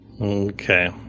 Okay